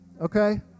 Okay